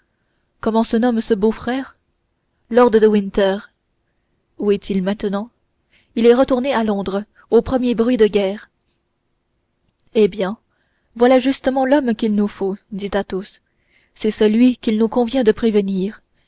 comment se nomme ce beau-frère lord de winter où est-il maintenant il est retourné à londres au premier bruit de guerre eh bien voilà justement l'homme qu'il nous faut dit athos c'est celui qu'il nous convient de prévenir